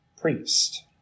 priest